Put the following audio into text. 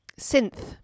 Synth